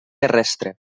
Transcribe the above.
terrestre